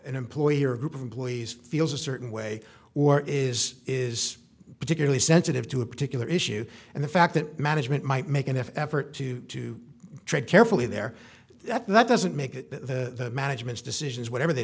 an employer a group of employees feels a certain way or is is particularly sensitive to a particular issue and the fact that management might make an effort to tread carefully there that doesn't make the management's decisions whatever they